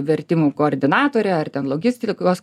vertimų koordinatore ar ten logistikos